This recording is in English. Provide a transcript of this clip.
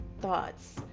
thoughts